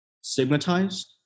stigmatized